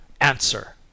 answer